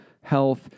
health